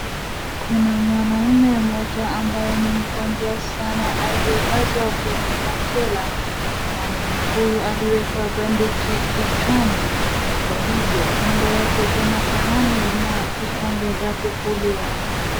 Kuna mwanaume mmoja ambaye ni mgonjwa sana aliyelazwa kwenye machela. Mwanaume huyu aliwekwa bendeji kichwani. Kwa hivyo, kando yake kuna sahani na kikombe ya kukulia.